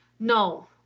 no